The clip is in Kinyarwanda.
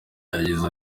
yagize